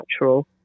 natural